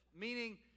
Meaning